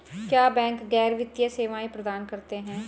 क्या बैंक गैर वित्तीय सेवाएं प्रदान करते हैं?